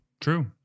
true